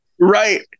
Right